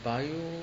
bio